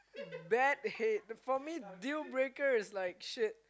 bad hate for me deal breakers like shit